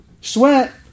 sweat